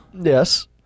yes